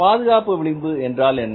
பாதுகாப்பு விளிம்பு என்றால் என்ன